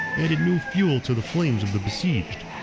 added new fuel to the flames of the besieged.